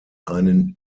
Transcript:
einen